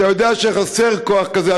אתה יודע שחסר כוח כזה,